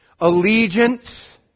allegiance